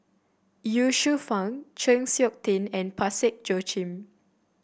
Ye Shufang Chng Seok Tin and Parsick Joaquim